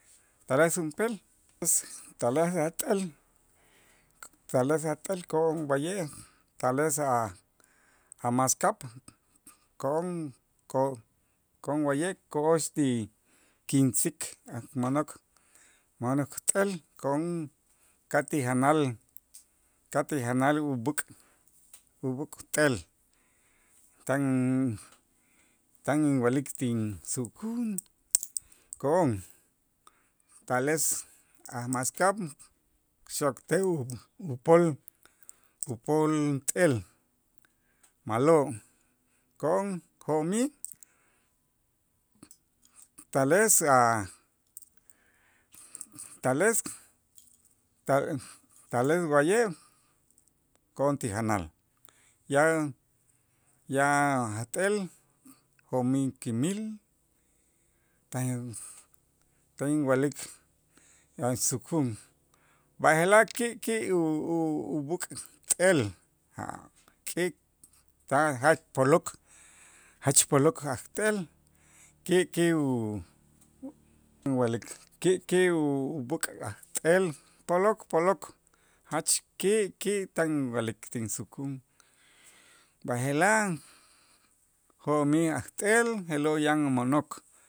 tales junp'eel tales ajt'el, tales ajt'el ko'on wa'ye', tales a' a' maskab' ko'on ko- ko'on wa'ye' ko'ox ti kinsik ajmo'nok mo'nok t'el ko'on ka' ti janal ka' ti janal ub'äk' ub'äk' t'el, tan tan inwa'lik tinsukun ko'on tales a' maskab' xoktej u- upol upol t'el ma'lo' ko'on jo'mij tales a' tales, ta' tales wa'ye' ko'on ti janal ya- yan a' t'el jo'mij kimil tan tan inwa'lik a' insukun, b'aje'laj ki'ki' u- u- ub'äk' t'el ki' ta' jach polok jach polok ajt'el ki'ki' u- uwa'lik ki'ki' u- ub'äk' ajt'el polok polok jach ki'ki' tan inwa'lik ti sukun, b'aje'laj jo'mij ajt'el je'lo' yan umo'nok.